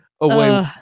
Away